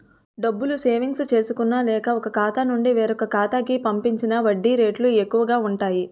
డబ్బులు సేవింగ్స్ చేసుకున్న లేక, ఒక ఖాతా నుండి వేరొక ఖాతా కి పంపించిన వడ్డీ రేట్లు ఎక్కువు గా ఉంటాయి